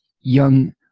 young